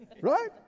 right